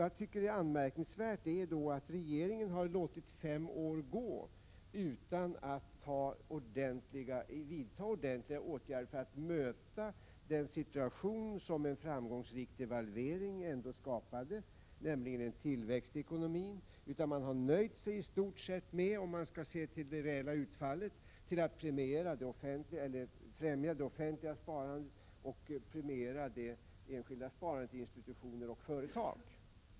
Jag tycker att det är anmärkningsvärt att regeringen har låtit fem år gå utan att vidta ordentliga åtgärder för att möta den situation som en ändå framgångsrik devalvering skapade, nämligen en tillväxt i ekonomin. Om man skall se till det reella utfallet har regeringen i stort sett nöjt sig med att främja det offentliga sparandet och premiera det enskilda sparandet i institutioner och företag.